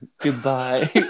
goodbye